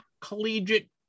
Collegiate